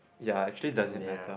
ya actually does it matter